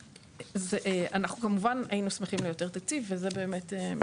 אנחנו כמובן היינו שמחים ליותר תקציב וזה מתחבר